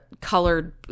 colored